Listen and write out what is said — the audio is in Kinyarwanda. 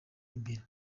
imbere